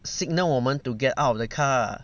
signal 我们 to get out of the car